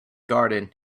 garden